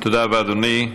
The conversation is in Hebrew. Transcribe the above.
תודה רבה, אדוני.